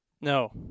No